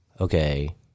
okay